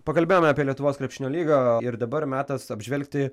pakalbėjome apie lietuvos krepšinio lygą ir dabar metas apžvelgti